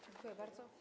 Dziękuję bardzo.